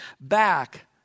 back